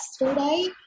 yesterday